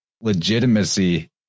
legitimacy